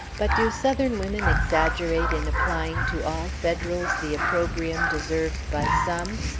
but do southern women exaggerate in applying to all federals the opprobrium deserved by some?